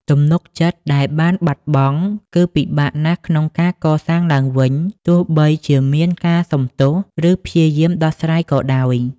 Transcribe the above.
ទំនុកចិត្តដែលបានបាត់បង់ គឺពិបាកណាស់ក្នុងការកសាងឡើងវិញ ទោះបីជាមានការសុំទោស ឬព្យាយាមដោះស្រាយក៏ដោយ។